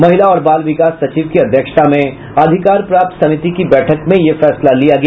महिला और बाल विकास सचिव की अध्यक्षता में अधिकार प्राप्त समिति की बैठक में यह फैसला लिया गया